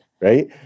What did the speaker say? right